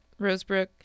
Rosebrook